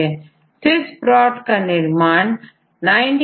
यहां पर protein sequence और एनालिसिस की बहुत सारी जानकारी उपलब्ध है